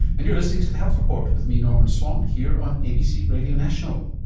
and you're listening to the health report with me norman swan here on abc radio national.